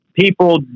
people